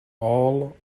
all